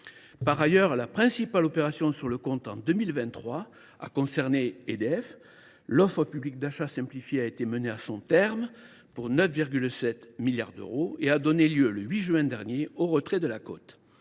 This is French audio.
Ensuite, la principale opération sur le compte en 2023 a concerné EDF. L’offre publique d’achat simplifiée a été menée à son terme, pour 9,7 milliards d’euros, et a donné lieu, le 8 juin dernier, au retrait de la cote.